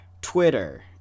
Twitter